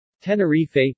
Tenerife